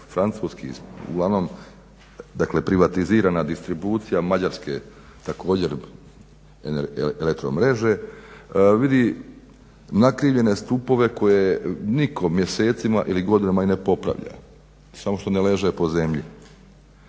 francuski uglavnom privatizirana distribucija mađarske također elektromreže vidi nakrivljene stupove koje nitko mjesecima ili godinama i ne popravlja. Samo što ne leže po zemlji.